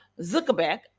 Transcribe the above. zuckerberg